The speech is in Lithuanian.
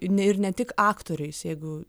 ir ne ir ne tik aktoriais jeigu